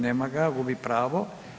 Nema ga, gubi pravo.